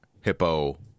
hippo-